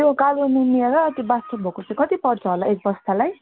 त्यो कालो नुनिया र त्यो बादसाह भोग चाहिँ कति पर्छ होला एक बस्तालाई